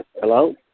Hello